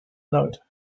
note